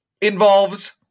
involves